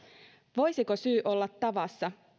voisiko syy olla tavassa